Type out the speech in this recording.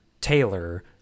Taylor